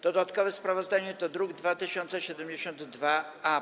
Dodatkowe sprawozdanie to druk nr 2072-A.